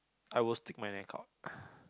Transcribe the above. I will stick my neck out